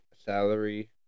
salary